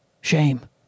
shame